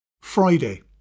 Friday